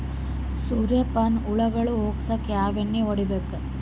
ಸುರ್ಯಪಾನ ಹುಳ ಹೊಗಸಕ ಯಾವ ಎಣ್ಣೆ ಹೊಡಿಬೇಕು?